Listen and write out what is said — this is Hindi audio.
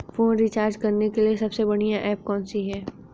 फोन रिचार्ज करने के लिए सबसे बढ़िया ऐप कौन सी है?